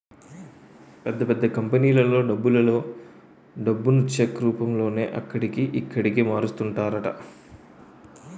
పెద్ద పెద్ద కంపెనీలలో డబ్బులలో డబ్బును చెక్ రూపంలోనే అక్కడికి, ఇక్కడికి మారుస్తుంటారట